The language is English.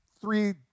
three